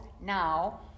now